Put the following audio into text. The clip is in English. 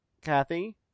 Kathy